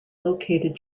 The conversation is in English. located